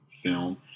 film